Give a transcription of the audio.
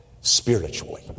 spiritually